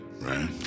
right